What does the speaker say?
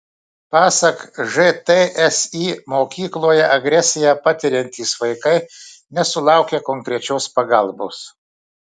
pasak žtsi mokykloje agresiją patiriantys vaikai nesulaukia konkrečios pagalbos